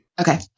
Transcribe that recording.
Okay